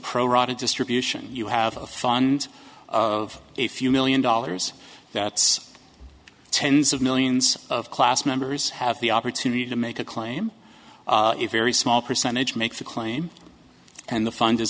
pro rata distribution you have a fund of a few million dollars that's tens of millions of class members have the opportunity to make a claim if very small percentage make the claim and the fund is